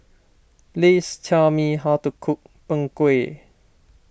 please tell me how to cook Png Kueh